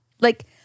like-